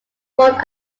born